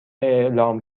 اعلام